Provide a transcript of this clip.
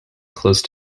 close